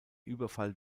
überfall